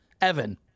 Evan